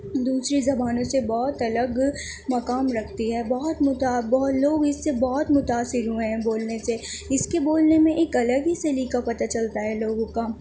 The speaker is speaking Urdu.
دوسری زبانوں سے بہت الگ مقام رکھتی ہے بہت متا با لوگ اس سے بہت متاثر ہوئے ہیں بولنے سے اس کے بولنے میں ایک الگ ہی سلیقہ پتہ چلتا ہے لوگوں کا